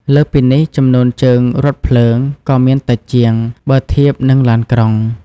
លើសពីនេះ ចំនួនជើងរថភ្លើងក៏មានតិចជាង បើធៀបនឹងឡានក្រុង។